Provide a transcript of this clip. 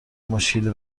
مشکلی